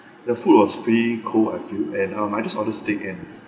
the food was pretty cold I feel and um I just ordered steak and